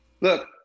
Look